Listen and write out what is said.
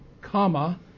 comma